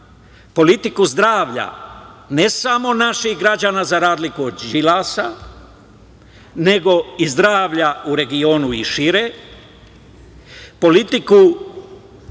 politiku zdravlja ne samo naših građana za razliku od Đilasa, nego i zdravlja u regionu i šire, politiku